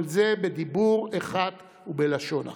כל זה בדיבור אחד ובלשון אחת.